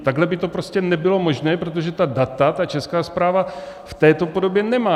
Takhle by to prostě nebylo možné, protože ta data Česká správa v této podobě nemá.